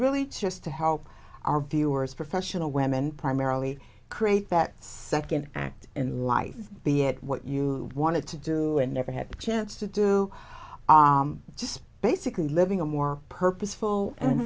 really just to help our viewers professional women primarily create that second act in life be it what you wanted to do and never had a chance to do just basically living a more purposeful